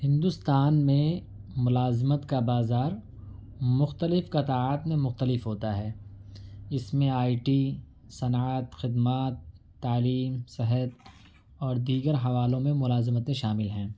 ہندوستان میں ملازمت کا بازار مختلف قطعات میں مختلف ہوتا ہے جس میں آئی ٹی صنعت خدمات تعلیم صحت اور دیگر حوالوں میں ملازمتیں شامل ہیں